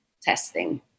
testing